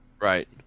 Right